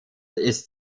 ist